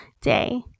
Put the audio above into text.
day